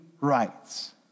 rights